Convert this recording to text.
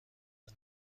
پول